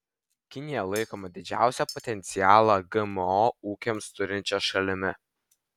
kinija laikoma didžiausią potencialą gmo ūkiams turinčia šalimi